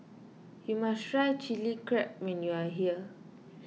you must try Chili Crab when you are here